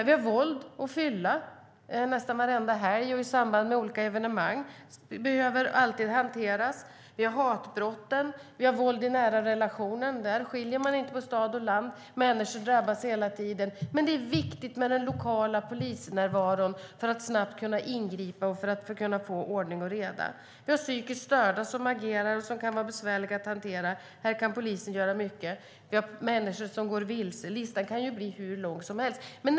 Vi har våld och fylla nästan varenda helg och i samband med olika evenemang. Det behöver alltid hanteras. Vi har hatbrotten. Vi har våld i nära relationer - där skiljer man inte på stad och land. Vi har psykiskt störda som agerar och som kan vara besvärliga att hantera. Här kan polisen göra mycket. Vi har människor som går vilse. Listan kan bli hur lång som helst. Människor drabbas hela tiden. Det är viktigt med den lokala polisnärvaron för att snabbt kunna ingripa och få ordning och reda.